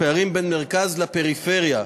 הפערים בין מרכז לפריפריה,